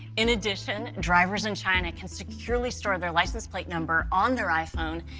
in addition, drivers in china can securely store their license plate number on their iphone,